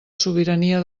sobirania